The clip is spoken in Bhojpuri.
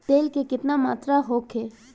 तेल के केतना मात्रा होखे?